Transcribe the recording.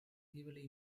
heavily